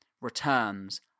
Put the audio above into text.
returns